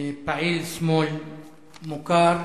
פעיל שמאל מוכר,